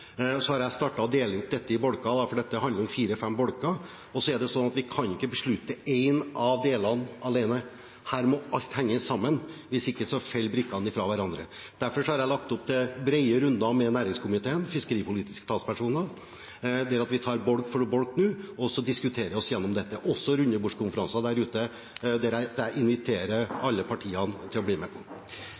å dele ut dette i bolker, for dette handler om fire–fem bolker. Og vi kan ikke beslutte én av delene alene. Her må alt henge sammen, hvis ikke faller brikkene fra hverandre. Derfor har jeg lagt opp til brede runder med næringskomiteen, de fiskeripolitiske talspersonene, hvor vi tar bolk for bolk og diskuterer oss gjennom dette. Det blir også rundebordskonferanser der ute, som jeg inviterer alle partiene til å bli med på.